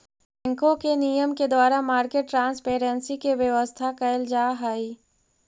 बैंकों के नियम के द्वारा मार्केट ट्रांसपेरेंसी के व्यवस्था कैल जा हइ